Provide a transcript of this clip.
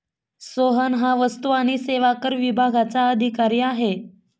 सोहन हा वस्तू आणि सेवा कर विभागाचा अधिकारी आहे